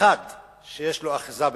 אחד שיש לו אחיזה במציאות.